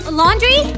laundry